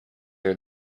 are